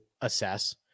assess